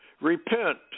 Repent